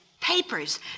Papers